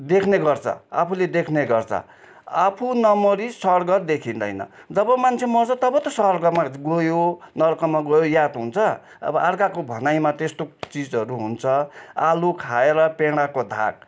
देख्ने गर्छ आफूले देख्ने गर्छ आफू नमरी स्वर्ग देखिँदैन जब मान्छे मर्छ तब त स्वर्गमा गयो नर्कमा गयो याद हुन्छ अब अर्काको भनाइमा त्यस्तो चिजहरू हुन्छ आलु खाएर पेडाको धाक